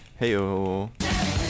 heyo